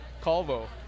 calvo